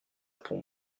pour